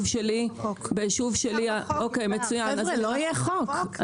חבר'ה, לא יהיה חוק.